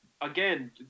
Again